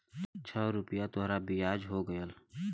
छह रुपइया तोहार बियाज हो गएल